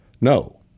No